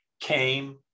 came